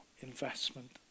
investment